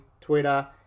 Twitter